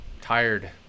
tired